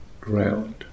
ground